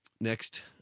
Next